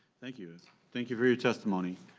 thank you thank you for your testimony.